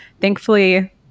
thankfully